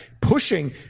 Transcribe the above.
pushing